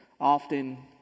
often